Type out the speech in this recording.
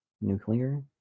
Nuclear